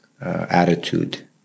attitude